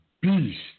beast